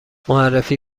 معرفی